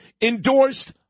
endorsed